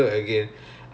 ya ya